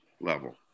level